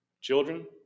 children